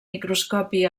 microscopi